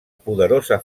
poderosa